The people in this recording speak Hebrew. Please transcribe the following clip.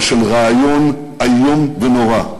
אבל רעיון איום ונורא,